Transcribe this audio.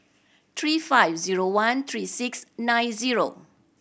three five zero one three six nine zero